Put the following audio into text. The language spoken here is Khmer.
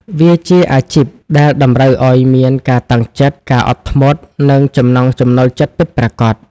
វាជាអាជីពដែលតម្រូវឱ្យមានការតាំងចិត្ត ការអត់ធ្មត់ និងចំណង់ចំណូលចិត្តពិតប្រាកដ។